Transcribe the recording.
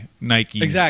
Nike